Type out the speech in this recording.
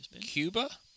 Cuba